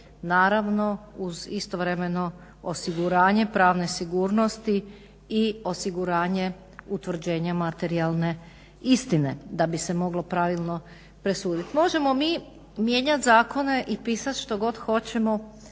naravno uz istovremeno osiguranje pravne sigurnosti i osiguranje utvrđenja materijalne istine da bi se moglo pravilno presuditi. Možemo mi mijenjati zakone i pisati što god hoćemo